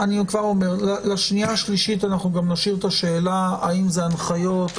לקריאה השנייה והשלישית נשאיר את השאלה האם אלה הנחיות,